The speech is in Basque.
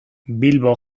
bilbo